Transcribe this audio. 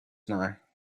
now